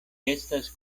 estas